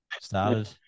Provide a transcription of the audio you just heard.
started